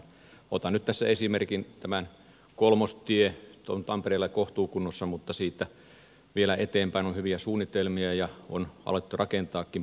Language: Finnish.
otan nyt tässä esimerkiksi tämän kolmostien joka on tampereella kohtuukunnossa mutta siitä vielä eteenpäin on hyviä suunnitelmia ja on alettu rakentaakin pohjanmaalle päin